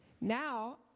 Now